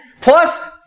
plus